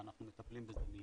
ואנחנו מטפלים בזה מיידית.